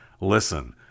Listen